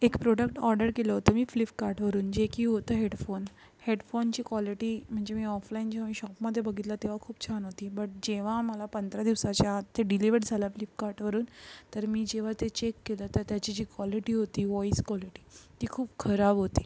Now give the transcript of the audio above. एक product order केलं होतं मी फ्लिफकार्टवरून जे की होतं हेडफोन हेडफोनची कॉलेटी म्हणजे मी ऑफलाईन जेव्हा मी शॉपमधे बघितलं तेव्हा खूप छान होती बट जेव्हा मला पंधरा दिवसाच्या आत ते डिलेवर झालं फ्लिपकार्टवरून तर मी जेव्हा ते चेक केलं तर त्याची जी कॉलिटी होती वॉईस कॉलिटी ती खूप खराब होती